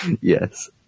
Yes